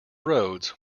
roads